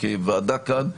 כוועדה כאן,